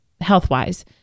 health-wise